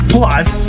Plus